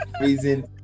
reason